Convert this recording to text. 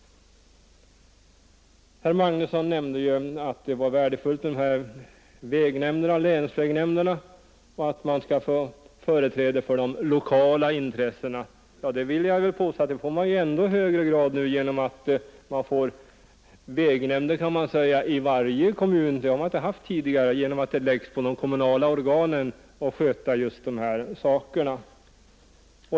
Herr Magnusson nämnde att länsvägnämnderna var värdefulla och att man där skulle få företrädare för de lokala intressena. Ja, det vill jag påstå att man nu får i ännu högre grad, eftersom det blir en vägnämnd i varje kommun, vilket inte har varit fallet tidigare. De kommunala organen åläggs att sköta just dessa saker.